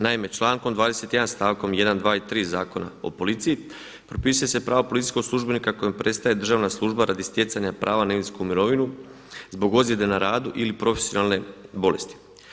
Naime, člankom 21. stavkom 1., 2. i 3. Zakona o policiji propisuje se pravo policijskog službenika kojem prestaje državna služba radi stjecanja prava na invalidsku mirovinu zbog ozljede na radu ili profesionalne bolesti.